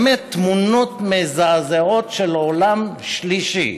באמת תמונות מזעזעות של עולם שלישי,